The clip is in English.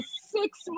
Six